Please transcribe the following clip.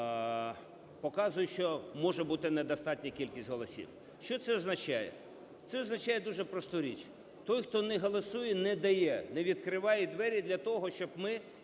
показує, що може бути недостатня кількість голосів. Що це означає? Це означає дуже просту річ: той, хто не голосує, не дає, не відкриває двері для того, щоб ми